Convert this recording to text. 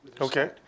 Okay